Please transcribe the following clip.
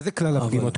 מה זה כלל הפגימות?